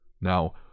Now